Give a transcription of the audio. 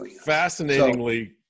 fascinatingly